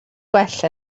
gwell